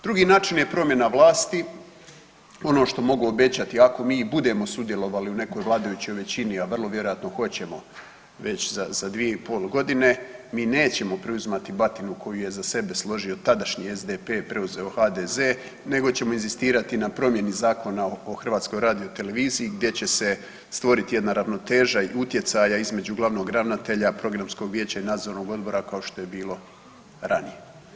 Drugi način je promjena vlasti, ono što mogu obećati ako mi budemo sudjelovali u nekoj vladajućoj većini, a vrlo vjerojatno hoćemo već za dvije i pol godine, mi nećemo preuzimati batinu koju je za sebe složio tadašnji SDP preuzeo HDZ nego ćemo inzistirati na promjeni Zakona o HRT-u gdje će se stvoriti jedna ravnoteža i utjecaja između glavnog ravnatelja, programskog vijeća i nadzornog odbora kao što je bilo ranije.